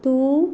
तूं